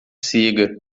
siga